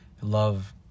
love